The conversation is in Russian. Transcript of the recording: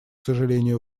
сожалению